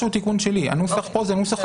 אני אקרא ואני אסביר